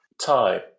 time